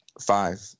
five